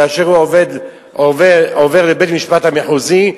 וכאשר הוא עובר לבית-המשפט המחוזי,